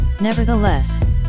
Nevertheless